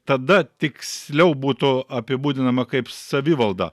tada tiksliau būtų apibūdinama kaip savivalda